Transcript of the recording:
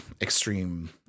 extreme